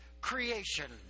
creation